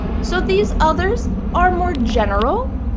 so these others are more general,